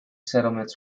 settlements